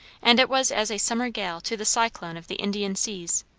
and it was as a summer gale to the cyclone of the indian seas.